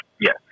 Yes